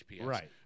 Right